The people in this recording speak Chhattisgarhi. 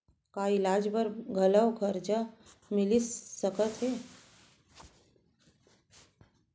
का इलाज बर घलव करजा मिलिस सकत हे?